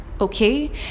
Okay